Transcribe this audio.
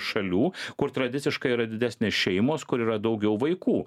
šalių kur tradiciškai yra didesnės šeimos kur yra daugiau vaikų